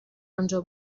آنجا